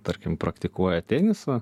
tarkim praktikuoja tenisą